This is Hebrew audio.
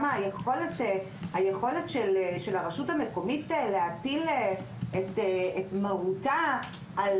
היכולת של הרשות המקומית להטיל את מרותה על